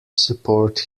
support